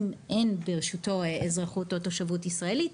אין ברשותו אזרחות או תשובות ישראלית,